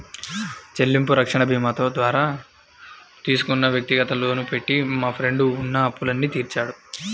చెల్లింపు రక్షణ భీమాతో ద్వారా తీసుకున్న వ్యక్తిగత లోను పెట్టి మా ఫ్రెండు ఉన్న అప్పులన్నీ తీర్చాడు